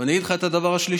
ואני אגיד לך את הדבר השלישי: